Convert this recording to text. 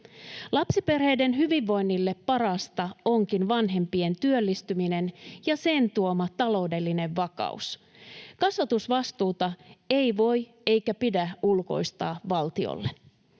Lapsiperheiden hyvinvoinnille parasta onkin vanhempien työllistyminen ja sen tuoma taloudellinen vakaus. Kasvatusvastuuta ei voi eikä pidä ulkoistaa valtiolle.